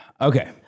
okay